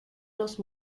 los